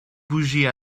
bougies